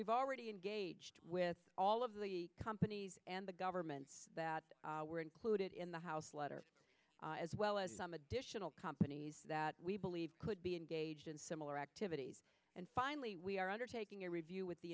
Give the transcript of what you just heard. we've already engaged with all of the companies and the governments that were included in the house letter as well as some additional companies that we believe could be engaged in similar activities and finally we are undertaking a review with the